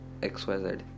XYZ